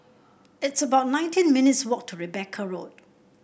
it's about nineteen minutes' walk to Rebecca Road